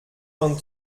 vingt